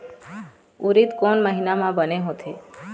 उरीद कोन महीना म बने होथे?